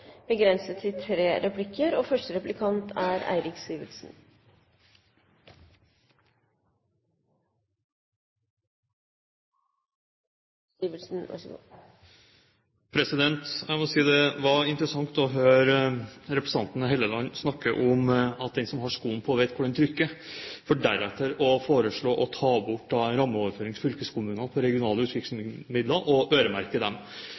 var interessant å høre representanten Helleland snakke om at den som har skoen på, vet hvor den trykker, for deretter å foreslå å ta bort rammeoverføringen til fylkeskommunene som gjelder regionale utviklingsmidler og øremerke dem.